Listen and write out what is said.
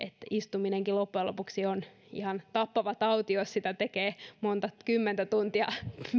istuminenkin loppujen lopuksi on ihan tappava tauti jos sitä tekee monta kymmentä tuntia